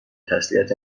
تسلیت